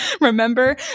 Remember